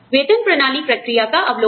वेतन प्रणाली प्रक्रिया का अवलोकन